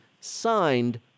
signed